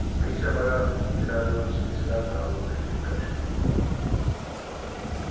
وہیں سے ہمارا میرا جو سلسلہ تھا وہ کرکٹ کا شروع ہوا اور